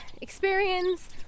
experience